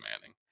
Manning